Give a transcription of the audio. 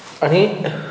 आणि